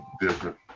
different